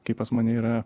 kai pas mane yra